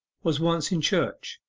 was once in church,